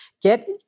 get